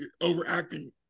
overacting